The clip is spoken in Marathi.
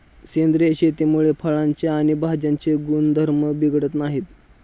सेंद्रिय शेतीमुळे फळांचे आणि भाज्यांचे गुणधर्म बिघडत नाहीत